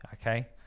okay